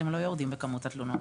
אתם לא יורדים בכמות התלונות.